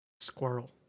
Squirrel